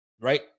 Right